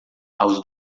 aos